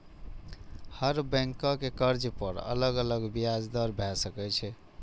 हर बैंकक कर्ज पर अलग अलग ब्याज दर भए सकै छै